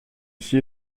ici